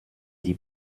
die